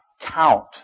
count